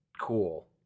cool